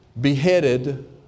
beheaded